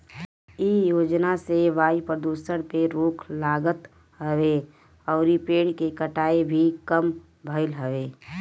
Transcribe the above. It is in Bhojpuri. इ योजना से वायु प्रदुषण पे रोक लागत हवे अउरी पेड़ के कटाई भी कम भइल हवे